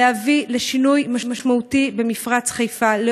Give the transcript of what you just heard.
להביא לשינוי משמעותי במפרץ חיפה.